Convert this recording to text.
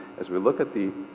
as we look at the,